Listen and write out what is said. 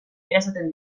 erasaten